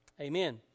Amen